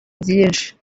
byinshi